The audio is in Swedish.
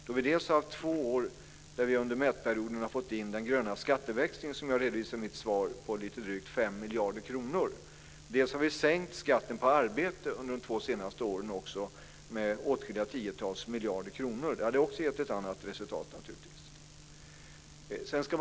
Vi har dels haft två år där vi under mätperioden har fått in den gröna skatteväxling som jag redovisade i mitt svar på lite drygt 5 miljarder kronor, dels har vi sänkt skatten på arbete under de två senaste åren med åtskilliga tiotals miljarder kronor. Om det tagits med hade det naturligtvis också gett ett annat resultat.